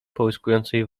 połyskującej